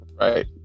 right